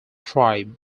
tribe